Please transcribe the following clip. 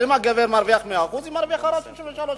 אם הגבר מרוויח 100%, היא מרוויחה רק 63%,